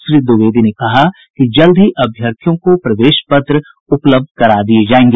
श्री द्विवेदी ने बताया कि जल्द ही अभ्यर्थियों को प्रवेश पत्र उपलब्ध करा दिया जायेगा